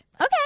Okay